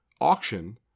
auction